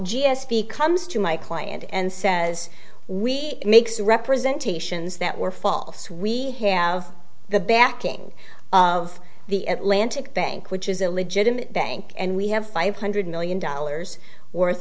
p comes to my client and says we makes representation is that were false we have the backing of the atlantic bank which is a legitimate bank and we have five hundred million dollars worth